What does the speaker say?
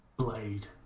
Blade